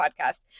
podcast